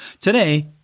Today